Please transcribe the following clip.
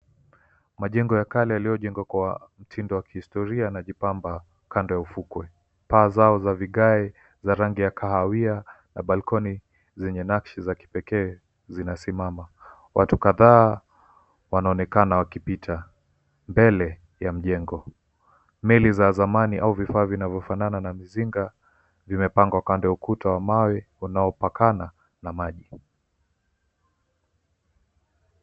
Majengo ya kale yaliyojengwa kwa mtindo wa kihistoria yanajipamba kando ya ufukwe. Paa zao za vigae za rangi ya kahawia na balcony zenye nakshi za kipekee zinasimama. Watu kadhaa wanaonekana wakipita mbele ya mjengo. Meli za zamani au vifaa vinavyofanana na mizinga vimepangwa kando ya ukuta wa mawe unaopakana na maji.